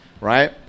right